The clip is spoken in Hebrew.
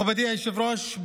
מכובדי היושב-ראש,